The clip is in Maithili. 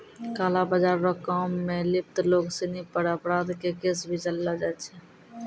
काला बाजार रो काम मे लिप्त लोग सिनी पर अपराध के केस भी चलैलो जाय छै